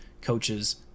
coaches